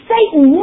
Satan